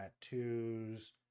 tattoos